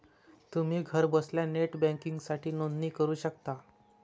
तुम्ही घरबसल्या नेट बँकिंगसाठी नोंदणी करू शकता